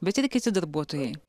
bet ir kiti darbuotojai